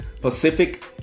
Pacific